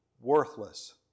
worthless